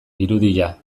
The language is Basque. irudia